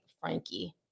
Frankie